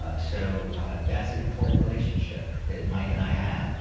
ah so that's an important relationship that mike and i have.